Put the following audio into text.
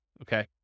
Okay